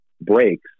breaks